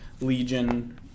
Legion